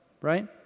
Right